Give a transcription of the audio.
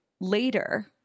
later